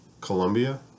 Columbia